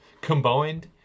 combined